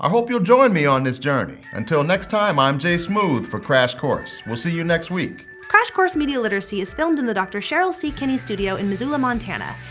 ah hope you'll join me on this journey. until next time, i'm jay smooth for crash course. we'll see you next week! crash course media literacy is filmed in the dr. cheryl c. kinney studio in missoula, mt, and